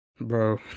Bro